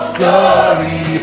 glory